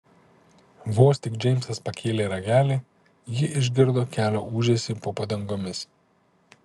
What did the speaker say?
vos tik džeimsas pakėlė ragelį ji išgirdo kelio ūžesį po padangomis